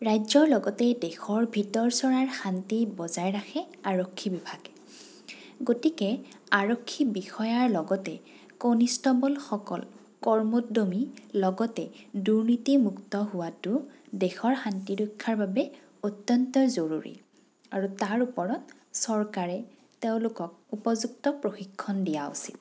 ৰাজ্যৰ লগতে দেশৰ ভিতৰ চৰাৰ শান্তি বজায় ৰাখে আৰক্ষী বিভাগে গতিকে আৰক্ষী বিষয়াৰ লগতে কনিষ্টবলসকল কৰ্মোদ্যমী লগতে দুৰ্নীতিমুক্ত হোৱাতো দেশৰ শান্তি ৰক্ষাৰ বাবে অত্যন্ত জৰুৰী আৰু তাৰ ওপৰত চৰকাৰে তেওঁলোকক উপযুক্ত প্ৰশিক্ষণ দিয়া উচিত